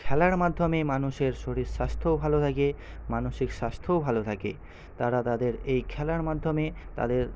খেলার মাধ্যমে মানুষের শরীর স্বাস্থ্যও ভালো থাকে মানসিক স্বাস্থ্যও ভালো থাকে তারা তাদের এই খেলার মাধ্যমে তাদের